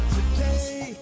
Today